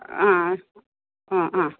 ആ ആ ആ